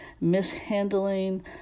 mishandling